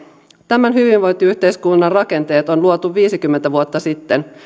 tämän hyvinvointiyhteiskunnan rakenteet on luotu viisikymmentä vuotta sitten